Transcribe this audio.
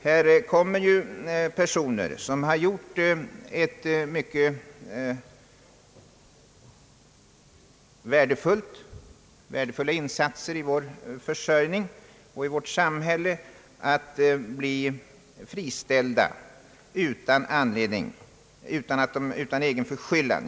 Det rör sig här om personer som har gjort mycket värdefulla insatser för vår försörjning och i vårt samhälle och som nu friställs utan egen förskyllan.